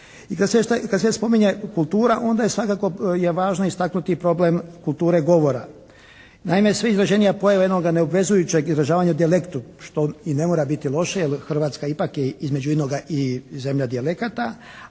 I kad se već spominje kultura onda je svakako je važno istaknuti problem kulture govora. Naime, sve izraženija pojava jednoga neobvezujućeg izražavanja u dijalektu što i ne mora biti loše, jer Hrvatska ipak je između inoga i zemlja dijalekata,